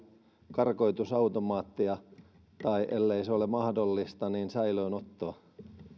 karkotusautomaattia tai ellei se ole mahdollista säilöönottoa